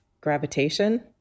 gravitation